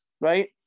right